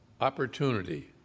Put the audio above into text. opportunity